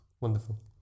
Wonderful